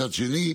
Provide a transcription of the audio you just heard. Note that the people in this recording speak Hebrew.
מצד שני,